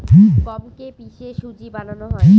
গমকে কে পিষে সুজি বানানো হয়